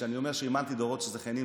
כשאני אומר שאימנתי דורות של שחיינים,